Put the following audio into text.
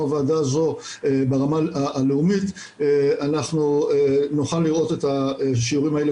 הוועדה הזו ברמה הלאומית אנחנו נוכל לראות את השיעורים האלה